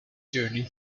journey